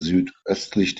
südöstlich